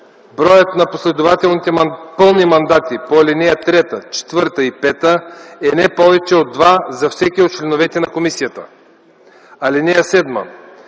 Броят на последователните пълни мандати по ал. 3, 4 и 5 е не повече от два за всеки от членовете на комисията. (7)